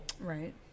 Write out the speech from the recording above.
Right